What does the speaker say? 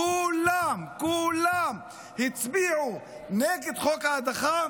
כולם, כולם הצביעו נגד חוק ההדחה,